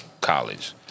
college